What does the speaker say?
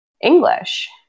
English